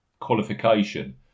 qualification